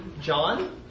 John